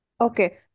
Okay